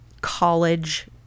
college